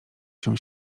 się